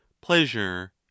pleasure